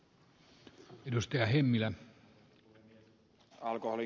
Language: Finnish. arvoisa puhemies